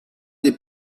des